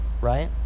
right